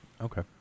Okay